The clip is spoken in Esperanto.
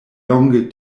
longe